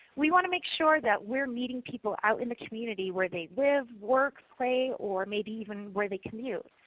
we want to make sure that we are meeting people out in the community where they live, work, play, or maybe even where they commute.